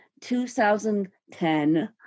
2010